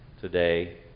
today